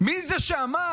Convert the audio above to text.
מי זה שאמר,